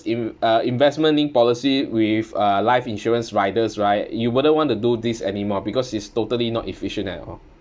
in~ uh investment linked policy with uh life insurance riders right you wouldn't want to do this anymore because it's totally not efficient at all